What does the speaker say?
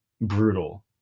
brutal